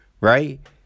Right